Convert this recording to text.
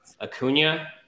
Acuna